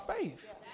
faith